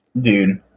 Dude